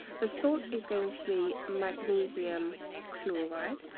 the salt is going to be magnesium chloride,